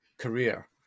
career